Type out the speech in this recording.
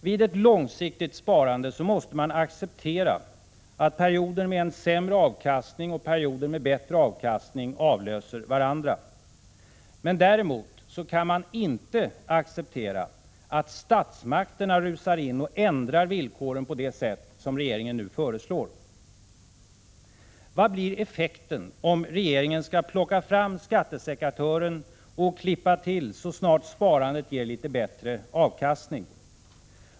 Vid ett långsiktigt sparande måste man acceptera att perioder med sämre avkastning och perioder med bättre avlöser varandra. Däremot kan man inte acceptera att statsmakterna rusar in och ändrar villkoren på det sätt som regeringen nu föreslår. Vad blir effekten om regeringen skall plocka fram skattesekatören och klippa till så snart sparandet ger litet bättre avkastning?